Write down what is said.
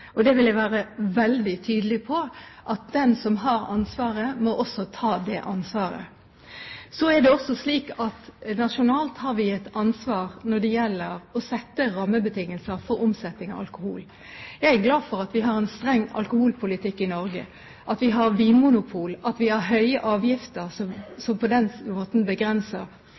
Og jeg vil være veldig tydelig på at det er den som har ansvaret, som også må ta det ansvaret. Vi har et nasjonalt ansvar når det gjelder å sette rammebetingelser for omsetning av alkohol. Jeg er glad for at vi har en streng alkoholpolitikk i Norge, at vi har vinmonopol, at vi har høye avgifter, som på den måten